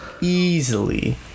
easily